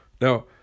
now